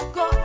go